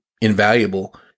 invaluable